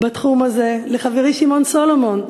בתחום הזה, לחברי שמעון סולומון,